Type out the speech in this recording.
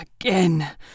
again